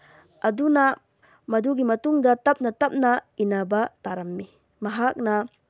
ꯑꯗꯨꯅ ꯃꯗꯨꯒꯤ ꯃꯇꯨꯡꯗ ꯇꯞꯅ ꯇꯞꯅ ꯏꯟꯅꯕ ꯇꯥꯔꯝꯃꯤ ꯃꯍꯥꯛꯅ